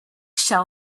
shell